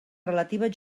relativa